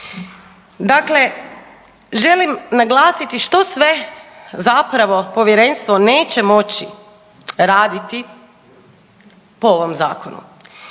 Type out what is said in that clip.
Dakle, želim naglasiti što sve zapravo povjerenstvo neće moći raditi po ovom zakonu.